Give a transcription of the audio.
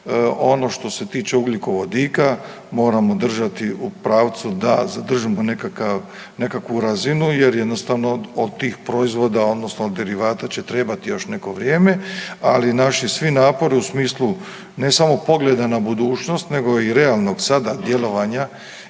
ono što se tiče ugljikovodika, moramo držati u pravcu da zadržimo nekakav, nekakvu razinu jer jednostavno od tih proizvoda, odnosno derivata će trebati još neko vrijeme, ali naši svi napori u smislu, ne samo pogleda na budućnost nego i realnog sada djelovanja